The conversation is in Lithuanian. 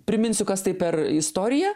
priminsiu kas tai per istorija